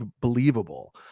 believable